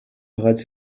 bereits